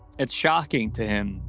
it's shocking to him.